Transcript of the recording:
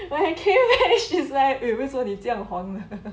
when I came back she's like eh 为什么你这样黄的